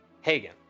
Hagen